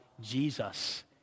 Jesus